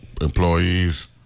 Employees